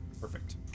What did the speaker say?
Perfect